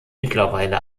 mittlerweile